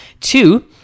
Two